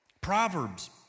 Proverbs